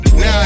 Now